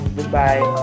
Goodbye